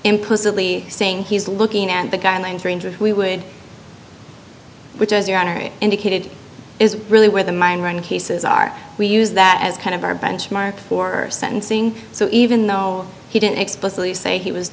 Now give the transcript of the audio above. implicitly saying he's looking at the guidelines range of we would which as your honor indicated is really where the mine run cases are we use that as kind of our benchmark for sentencing so even though he didn't explicitly say he was